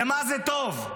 למה זה טוב?